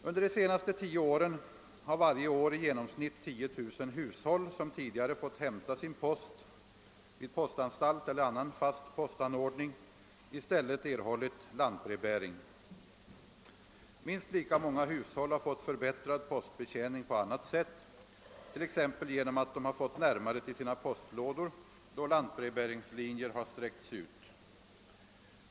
Under de senaste tio åren har varje år i genomsnitt 10 000 hushåll, som tidigare fått hämta sin post vid postanstalt eller annan fast postanordning, i stället erhållit lantbrevbäring. Minst lika många hushåll har fått förbättrad postbetjäning på annat sätt, t.ex. genom att de har fått närmare till sina postlådor då lantbrevbäringslinjer har sträckts ut.